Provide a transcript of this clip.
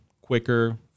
quicker